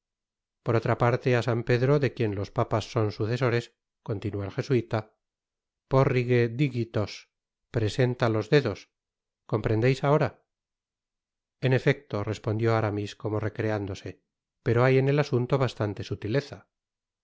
por otra parte á san pedro de quien los papas son sucesores cootinuó el jesuita porrige digitos presenta los dedos comprendeis ahora en efecto respondió aramis como recreándose pero hay en el asunto bástante sutileza